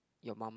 your mum